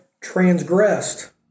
transgressed